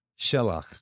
Shelach